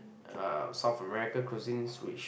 uh South American cuisines which